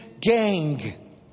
gang